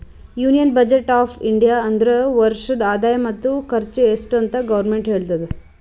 union budget of India ಅಂದುರ್ ವರ್ಷದ ಆದಾಯ ಮತ್ತ ಖರ್ಚು ಎಸ್ಟ್ ಅಂತ್ ಗೌರ್ಮೆಂಟ್ ಹೇಳ್ತುದ